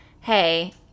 hey